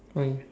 fine